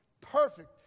perfect